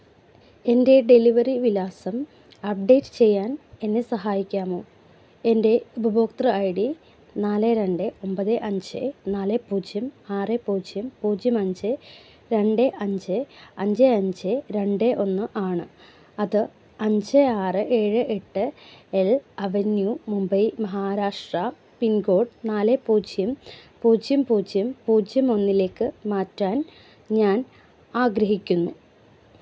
എൻ്റെ ഡെലിവറി വിലാസം അപ്ഡേറ്റ് ചെയ്യാൻ എന്നെ സഹായിക്കാമോ എന്റെ ഉപഭോക്തൃ ഐ ഡി നാല് രണ്ട് ഒമ്പത് അഞ്ച് നാല് പൂജ്യം ആറ് പൂജ്യം പൂജ്യം അഞ്ച് രണ്ട് അഞ്ച് അഞ്ച് അഞ്ച് രണ്ട് ഒന്ന് ആണ് അത് അഞ്ച് ആറ് ഏഴ് എട്ട് L avenue Mumbai Maharashtra pincode നാല് പൂജ്യം പൂജ്യം പൂജ്യം പൂജ്യം ഒന്നിലേക്ക് മാറ്റാൻ ഞാൻ ആഗ്രഹിക്കുന്നു